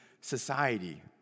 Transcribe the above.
society